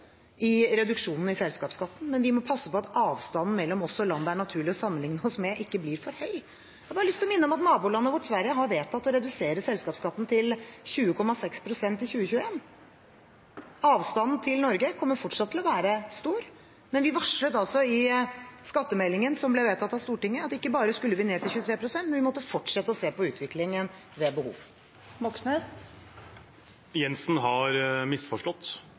avstanden mellom oss og land det er naturlig å sammenligne oss med, ikke blir for stor. Jeg har lyst til å minne om at nabolandet vårt Sverige har vedtatt å redusere selskapsskatten til 20,6 pst. i 2021. Avstanden til Norge kommer fortsatt til å være stor, men vi varslet altså i skattemeldingen som ble vedtatt av Stortinget, at vi ikke bare skulle ned på 23 pst., men at vi måtte fortsette å se på utviklingen ved behov. Jensen har misforstått.